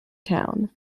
town